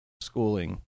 schooling